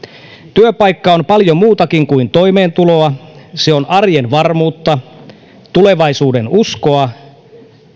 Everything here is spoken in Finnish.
työpaikka on paljon muutakin kuin toimeentuloa se on arjen varmuutta tulevaisuudenuskoa